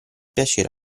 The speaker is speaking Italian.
piacere